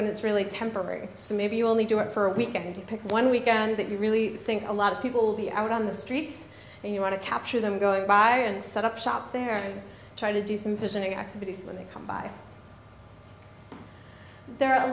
when it's really temporary so maybe you only do it for a week and you pick one weekend that you really think a lot of people will be out on the streets and you want to capture them go by and set up shop there and try to do some visioning activities when they come by there are a